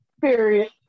Period